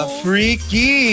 freaky